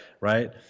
Right